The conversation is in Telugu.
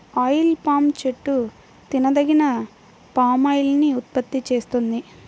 ఆయిల్ పామ్ చెట్టు తినదగిన పామాయిల్ ని ఉత్పత్తి చేస్తుంది